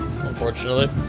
unfortunately